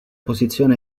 posizione